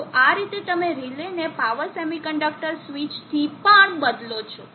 તો આ રીતે તમે રિલેને પાવર સેમીકન્ડક્ટર સ્વીચથી પણ બદલો છો